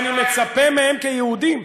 הוא שאני מצפה מהם כיהודים,